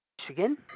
Michigan